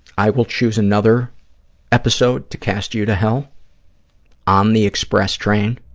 i will choose another episode to cast you to hell on the express train,